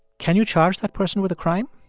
can you charge that person with a crime?